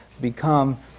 become